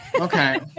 Okay